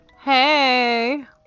Hey